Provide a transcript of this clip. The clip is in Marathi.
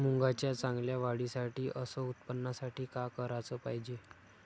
मुंगाच्या चांगल्या वाढीसाठी अस उत्पन्नासाठी का कराच पायजे?